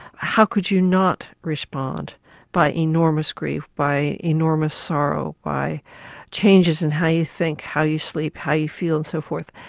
how could you not respond by enormous grief, by enormous sorrow, by changes in how you think, how you sleep, how you feel and so forth?